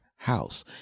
house